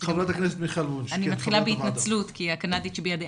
מיכל וונש, חברת הוועדה.